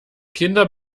kinder